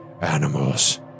animals